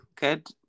good